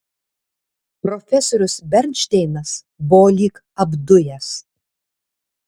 profesorius bernšteinas buvo lyg apdujęs